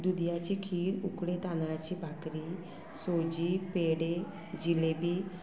दुदयाची खीर उकडे तांदळाची भाकरी सोजी पेडे जिलेबी